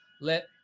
let